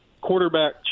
quarterback